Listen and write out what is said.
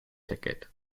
ticket